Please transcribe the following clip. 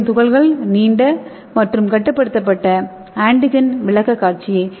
மேலும் துகள்கள் நீண்ட மற்றும் கட்டுப்படுத்தப்பட்ட ஆன்டிஜென் விளக்கக்காட்சியை